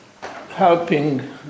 Helping